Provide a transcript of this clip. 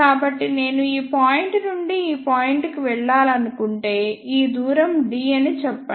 కాబట్టి నేను ఈ పాయింట్ నుండి ఈ పాయింట్ కు వెళ్లాలనుకుంటే ఈ దూరం d అని చెప్పండి